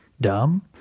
dumb